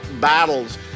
battles